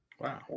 Wow